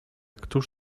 któż